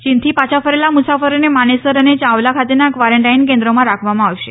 ચીનથી પાછા ફરેલા મુસાફરોને માનેસર અને યાવલા ખાતેના કવારન્ટાઇન કેન્દ્રોમાં રાખવામાં આવશે